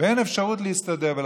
ואין אפשרות להסתדר.